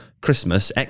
Christmas